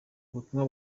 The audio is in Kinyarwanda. ubutumwa